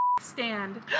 stand